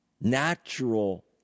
natural